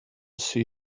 see